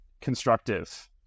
constructive